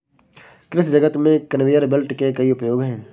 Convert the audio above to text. कृषि जगत में कन्वेयर बेल्ट के कई उपयोग हैं